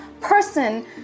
person